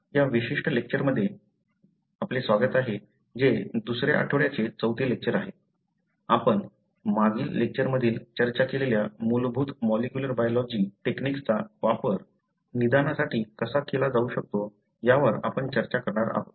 या विशिष्ट लेक्चरमध्ये जे दुसऱ्या आठवड्याचे चौथे लेक्चर आहे आपण मागील लेक्चर मधील चर्चा केलेल्या मूलभूत मॉलिक्युलर बायलॉजि टेक्नीक्सचा वापर निदानासाठी कसा केला जाऊ शकतो यावर आपण चर्चा करणार आहोत